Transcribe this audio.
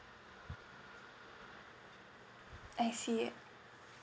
I see